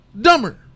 Dumber